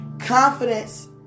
Confidence